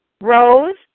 Rose